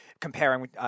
comparing –